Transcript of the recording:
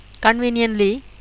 Conveniently